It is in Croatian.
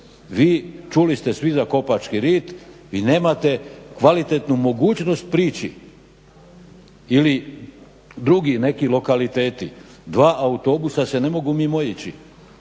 Vi, čuli ste svi za Kopački Rit, vi nemate kvalitetnu mogućnost prići ili drugi neki lokaliteti. Dva autobusa se ne mogu mimoići,